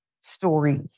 story